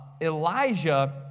Elijah